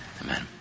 Amen